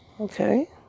Okay